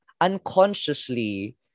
unconsciously